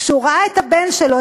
כשהוא ראה את הבן שלו,